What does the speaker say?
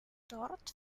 dort